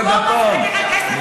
בגפ"מ,